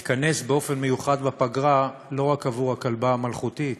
תתכנס באופן מיוחד בפגרה לא רק עבור הכלבה המלכותית